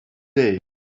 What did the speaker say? day